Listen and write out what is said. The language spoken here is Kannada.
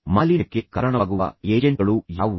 ಮಾಲಿನ್ಯಕ್ಕೆ ಕಾರಣವಾಗುವ ಏಜೆಂಟ್ಗಳು ಯಾವುವು